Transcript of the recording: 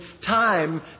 time